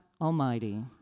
Almighty